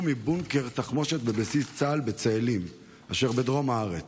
מבונקר תחמושת בבסיס צה"ל בצאלים אשר בדרום הארץ.